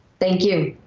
thank you